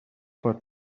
for